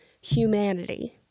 humanity